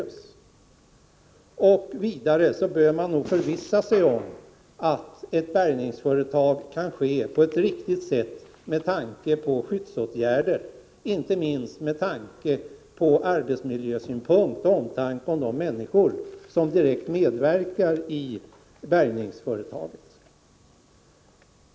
Vidare bör man nog förvissa sig om att ett bärgningsföretag kan ske på ett riktigt sätt med tanke på skyddsåtgärder, inte minst med hänsyn till arbetsmiljön och omtanken om de människor som direkt medverkar i bärgningsföretaget.